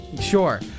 Sure